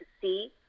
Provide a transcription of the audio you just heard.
see